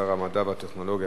שר המדע והטכנולוגיה,